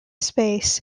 space